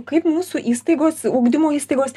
kaip mūsų įstaigos ugdymo įstaigos